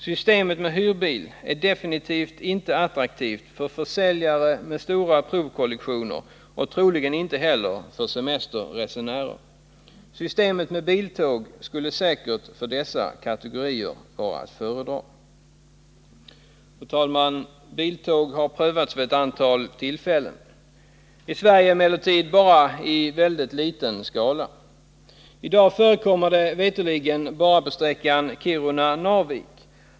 Systemet med hyrbil är absolut inte attraktivt för försäljare med stora provkollektioner och troligen inte heller för semesterresenärer. För dessa kategorier skulle säkert systemet med biltåg vara att föredra. Biltåg har prövats vid ett antal tillfällen men i Sverige endast i mycket liten skala. I dag förekommer de veterligen endast på sträckan Kiruna-Narvik.